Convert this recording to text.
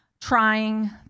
trying